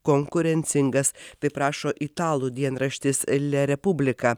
konkurencingas taip rašo italų dienraštis le republika